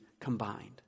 combined